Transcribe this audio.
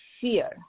fear